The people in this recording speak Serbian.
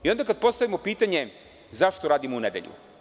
I onda kada postavimo pitanje – zašto radimo u nedelju?